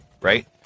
right